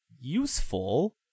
useful